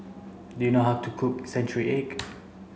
do you know how to cook century egg